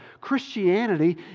Christianity